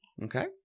Okay